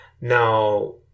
now